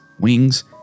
wings